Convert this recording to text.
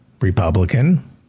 Republican